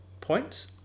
points